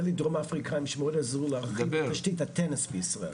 שעולה מדרום אפריקה, מגרשי טניס בישראל.